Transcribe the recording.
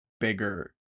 bigger